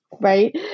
right